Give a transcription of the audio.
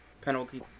penalty